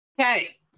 Okay